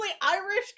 Irish